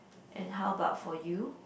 and how about for you